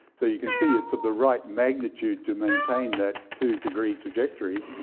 so you can see it's of the right magnitude to maintain that two-degree trajectory,